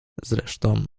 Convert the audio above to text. zresztą